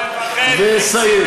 ואסיים.